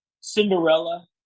Cinderella